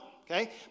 okay